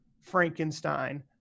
Frankenstein